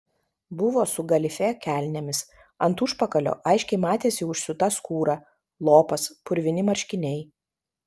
buvo su galifė kelnėmis ant užpakalio aiškiai matėsi užsiūta skūra lopas purvini marškiniai